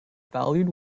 valued